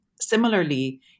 similarly